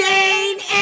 Jane